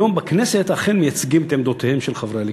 היום בכנסת אכן מייצגים את עמדותיהם שלהם.